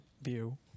view